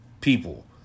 people